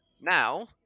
Now